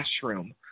classroom